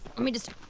let me just